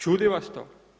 Čudi vas to?